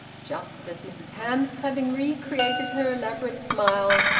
just as mrs hamps, having re-created her elaborate smile,